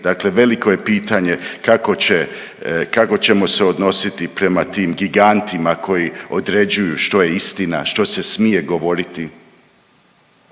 Dakle, veliko je pitanje kako će, kako ćemo se odnositi prema tim gigantima koji određuju što je istina, što se smije govoriti.